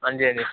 हांजी हांजी